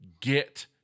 get